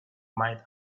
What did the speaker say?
might